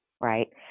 right